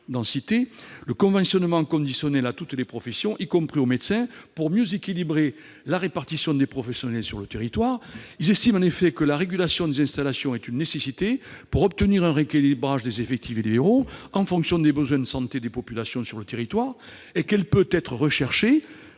surdensité, le conventionnement conditionnel à toutes les professions, y compris aux médecins, pour mieux équilibrer la répartition des professionnels sur le territoire. Selon la Cour, la régulation des installations est une nécessité pour obtenir un rééquilibrage des effectifs libéraux, en fonction des besoins de santé des populations sur le territoire, et elle peut être recherchée